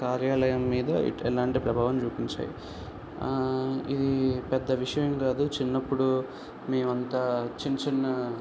కార్యాలయం మీద ఎలాంటి ప్రభావం చూపించాయి ఆ ఇది పెద్ద విషయం ఏమి కాదు చిన్నప్పుడు మేము అంతా చిన్న చిన్న